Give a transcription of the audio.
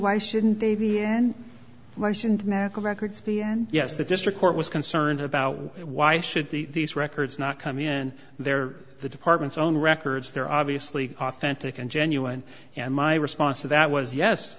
why shouldn't they be and why shouldn't medical records the end yes the district court was concerned about why should these records not come in there the department's own records they're obviously authentic and genuine and my response to that was yes